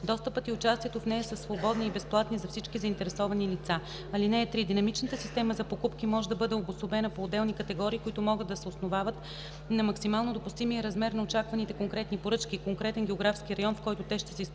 Достъпът и участието в нея са свободни и безплатни за всички заинтересовани лица. (3) Динамичната система за покупки може да бъде обособена по отделни категории, които могат да се основават на максимално допустимия размер на очакваните конкретни поръчки, конкретен географски район, в който те ще се изпълняват,